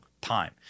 time